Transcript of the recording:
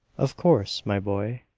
of course, my boy,